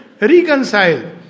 reconcile